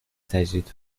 تجدید